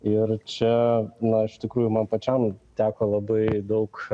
ir čia na ištikrūjų man pačiam teko labai daug